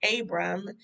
Abram